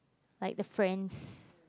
like the friends